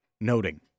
noting